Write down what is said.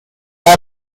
قدر